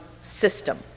system